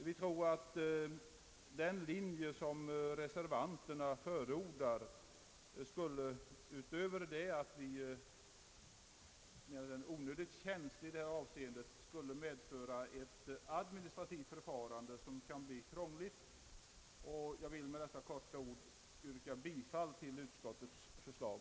Vi tror att den linje som reservanterna förordar, förutom att den är onödigt känslig i detta avseende, skulle medföra ett administrativt förfarande som kunde bli krångligt. Jag vill med dessa få ord yrka bifall till utskottets förslag.